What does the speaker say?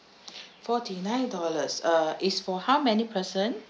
forty nine dollars uh is for how many person